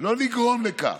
לא מבינים מה קורה פה.